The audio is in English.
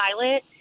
pilot